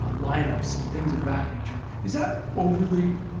ah line-ups and things of that nature, is that overly